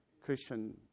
Christian